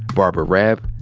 barbara raab,